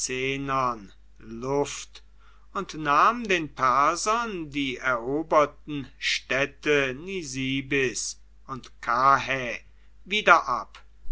luft und nahm den persern die eroberten städte nisibis und karrhä wieder ab